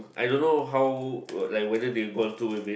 I don't how like whether they have gone through with it